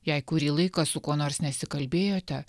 jei kurį laiką su kuo nors nesikalbėjote